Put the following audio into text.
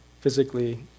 physically